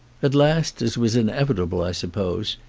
at last, as was inevitable, i suppose,